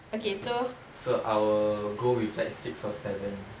ya so I would go with like six or seven